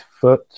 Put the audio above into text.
foot